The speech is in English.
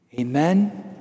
Amen